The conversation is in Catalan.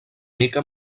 mica